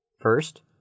first